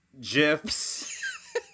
gifs